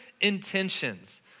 intentions